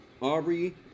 Aubrey